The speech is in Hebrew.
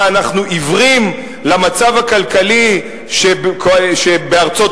מה, אנחנו עיוורים למצב הכלכלי בארצות-הברית?